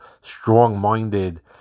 strong-minded